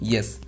Yes